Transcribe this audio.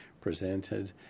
presented